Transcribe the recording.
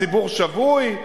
ציבור שבוי.